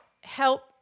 Help